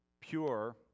pure